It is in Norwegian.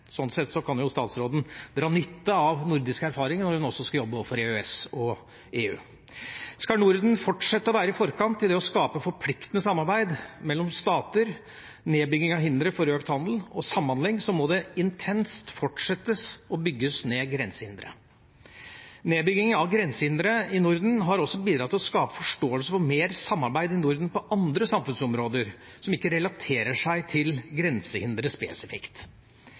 Sånn sett kan statsråden dra nytte av nordisk erfaring når hun også skal jobbe overfor EØS og EU. Skal Norden fortsette å være i forkant i det å skape forpliktende samarbeid mellom stater og nedbygging av hindre for økt handel og samhandling, må en intenst fortsette å bygge ned grensehindre. Nedbygging av grensehindre i Norden har også bidratt til å skape forståelse for mer samarbeid i Norden på samfunnsområder som ikke relaterer seg til grensehindre spesifikt.